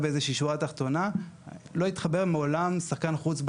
ובקרוב גם יהיה שחקן שלישי.